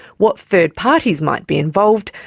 what third parties might be involved,